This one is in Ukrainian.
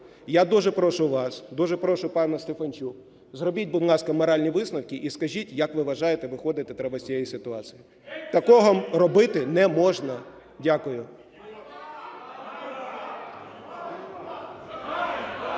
Я дуже прошу вас, дуже прошу, пане Стефанчук, зробіть, будь ласка, моральні висновки і скажіть, як ви вважаєте, виходити треба з цієї ситуації. Такого робити не можна. Дякую.